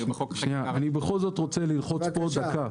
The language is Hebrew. אני בכל זאת רוצה ללחוץ כאן.